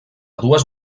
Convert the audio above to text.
dues